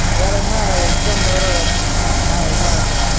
வேறு என்ன எக்ஸாம் தவிர வேறு என்ன ஆ என்ன வேறு எதுவும்